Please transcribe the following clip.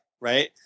Right